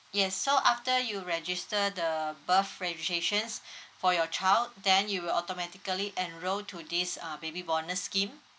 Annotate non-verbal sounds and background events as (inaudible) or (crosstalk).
yes so after you register the birth registration (breath) for your child then you will automatically enroll to this uh baby bonus scheme